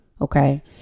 okay